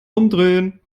umdrehen